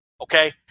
okay